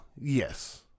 yes